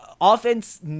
offense